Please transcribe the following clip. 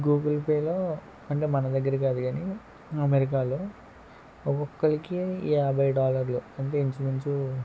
Google పేలో అంటే మన దగ్గర కాదు గానీ అమెరికాలో ఒక్కొక్కళ్ళకి యాభై డాలర్లు అంటే ఇంచుమించు